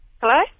Hello